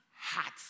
hot